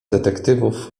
detektywów